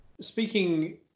Speaking